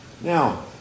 Now